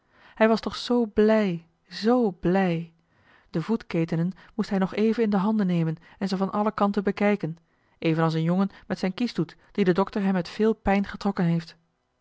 hij was toch zoo blij zoo blij de voetketenen moest hij nog even in de handen nemen en ze van alle kanten bekijken evenals een jongen met zijn kies doet die de dokter hem met veel pijn getrokken heeft